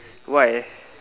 why